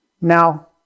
Now